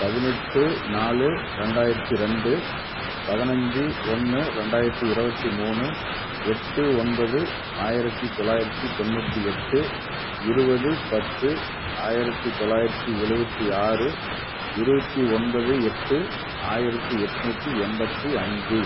பதினெட்டு நாலு ரெண்டாயிரத்தி ரெண்டு பதினைஞ்சு ஒன்று ரெண்டாயரத்தி இருபத்தி மூணு எட்டு ஒன்பது ஆயிரத்தி தொள்ளாயிரத்தி தொண்ணூற்றி எட்டு இருபது பத்து ஆயிரத்தி தொள்ளாயிரத்தி எழுபத்தி ஆறு இருபத்தி ஒன்பது எட்டு ஆயிரத்தி எண்நூத்தி எண்பத்தி அஞ்சு